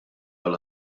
għal